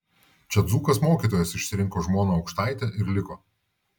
čia dzūkas mokytojas išsirinko žmoną aukštaitę ir liko